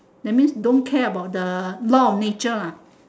that means don't care about the law of nature ah